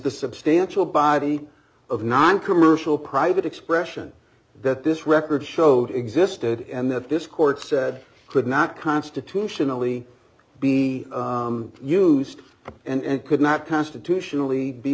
the substantial body of noncommercial private expression that this record showed existed and that this court said could not constitutionally be used and could not constitutionally be